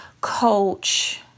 coach